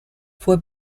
fue